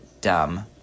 dumb